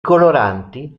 coloranti